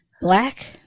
Black